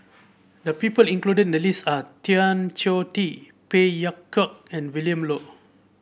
the people included in the list are Tan Choh Tee Phey Yew Kok and Willin Low